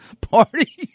Party